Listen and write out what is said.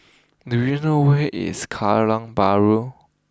do you know where is Kallang Bahru